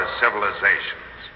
civilizations